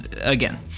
Again